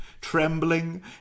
trembling